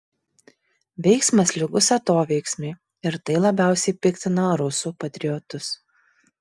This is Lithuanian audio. veiksmas lygus atoveiksmiui ir tai labiausiai piktina rusų patriotus